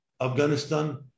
Afghanistan